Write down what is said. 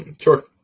Sure